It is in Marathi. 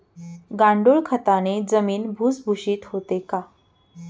गांडूळ खताने जमीन भुसभुशीत होते का?